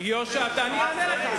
אני אענה לך.